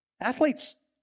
Athletes